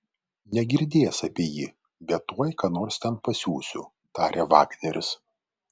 negirdėjęs apie jį bet tuoj ką nors ten pasiųsiu tarė vagneris